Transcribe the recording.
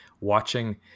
watching